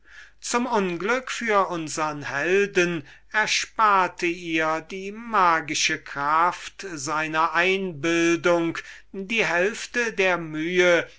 zum unglück für unsern helden ersparte ihr seine magische einbildungskraft die hälfte der mühe